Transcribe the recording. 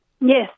Yes